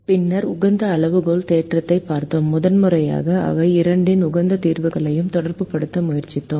பின்னர் உகந்த அளவுகோல் தேற்றத்தைப் பார்த்தோம் முதல்முறையாக அவை இரண்டின் உகந்த தீர்வுகளையும் தொடர்புபடுத்த முயற்சித்தோம்